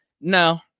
no